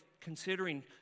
considering